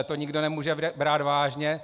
To nikdo nemůže brát vážně.